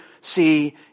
see